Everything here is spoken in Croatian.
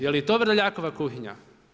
Je li i to Vrdoljakova kuhinja?